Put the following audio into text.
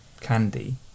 candy